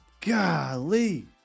Golly